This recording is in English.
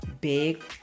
big